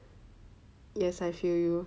yes I feel you